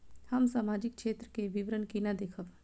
हम सामाजिक क्षेत्र के विवरण केना देखब?